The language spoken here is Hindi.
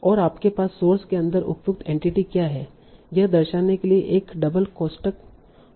और आपके पास सोर्स के अंदर उपयुक्त एंटिटी क्या है यह दर्शाने के लिए एक डबल कोष्ठक होगा